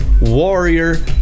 warrior